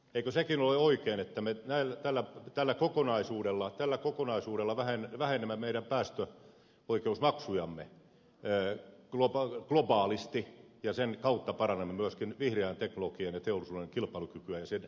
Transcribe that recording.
eikö sekin ole oikein että me tällä kokonaisuudella vähennämme meidän päästöoikeusmaksujamme globaalisti ja sen kautta parannamme myöskin vihreän teknologian ja teollisuuden kilpailukykyä ja sen kehittämisen mahdollisuuksia